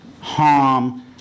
harm